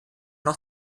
noch